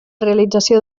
realització